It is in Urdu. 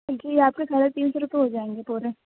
جی آپ کے ساڑھے تین سو روپے ہو جائیں گے پورے